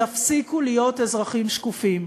יפסיקו להיות אזרחים שקופים.